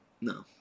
no